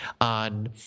on